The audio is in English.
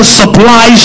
supply